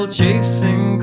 chasing